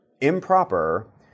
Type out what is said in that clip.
improper